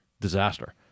disaster